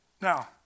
Now